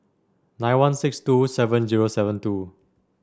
nine one six two seven zero seven two